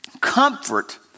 comfort